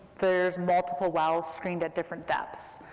there's multiple wells screened at different depths,